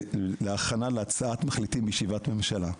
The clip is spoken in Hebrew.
להכנה להצעת מחליטים בישיבת ממשלה.